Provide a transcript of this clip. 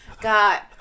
got